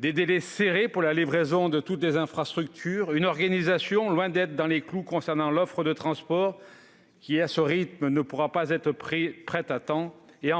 des délais serrés pour la livraison de toutes les infrastructures, une organisation loin d'être dans les clous concernant l'offre de transport qui ne pourra, à ce rythme, être prête à temps, et